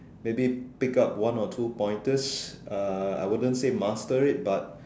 maybe pick up one or two pointers uh I wouldn't say master it but